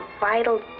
vital